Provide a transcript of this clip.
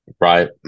Right